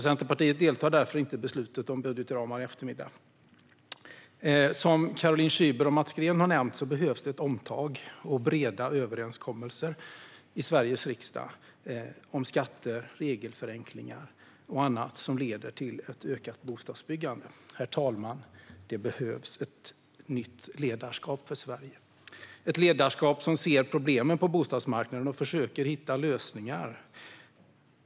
Centerpartiet deltar därför inte i beslutet om budgetramar i eftermiddag. Som Caroline Szyber och Mats Green har nämnt behövs det ett omtag och breda överenskommelser i Sveriges riksdag om skatter, regelförenklingar och annat som leder till ett ökat bostadsbyggande, herr talman. Det behövs ett nytt ledarskap för Sverige, ett ledarskap som ser problemen på bostadsmarknaden och försöker hitta lösningar.